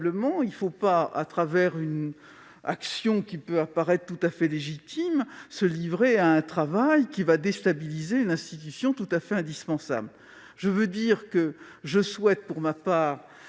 Il ne faudrait pas, au travers d'une action qui peut apparaître tout à fait légitime, se livrer à un travail de déstabilisation d'une institution tout à fait indispensable. Je souhaite pour ma part